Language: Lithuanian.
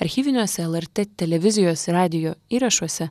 archyviniuose lrt televizijos ir radijo įrašuose